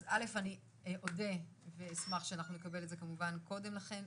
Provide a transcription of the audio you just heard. אז א' אני אודה ואשמח שאנחנו נקבל את זה כמובן קודם לכן,